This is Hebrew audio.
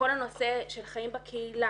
לכל הנושא של חיים בקהילה